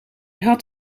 had